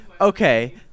okay